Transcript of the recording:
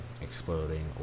exploding